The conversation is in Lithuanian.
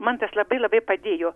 man tas labai labai padėjo